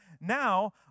now